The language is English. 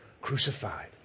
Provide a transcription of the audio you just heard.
crucified